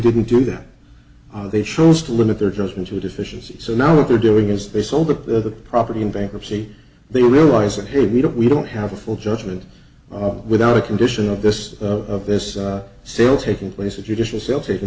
didn't that they shows to limit their judgment to deficiency so now what they're doing is they sold the property in bankruptcy they realize that hey we don't we don't have a full judgment without a condition of this of this sale taking place a judicial sale taking